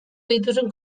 dituzun